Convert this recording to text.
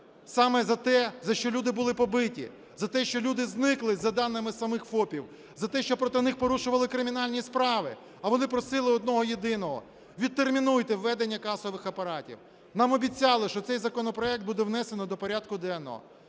Саме за те, за що люди були побиті, за те, що люди зникли, за даними самих ФОПів, за те, що проти них порушували кримінальні справи, а вони просили одного-єдиного – відтермінуйте введення касових апаратів. Нам обіцяли, що цей законопроект буде внесено до порядку